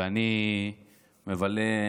ואני מבלה,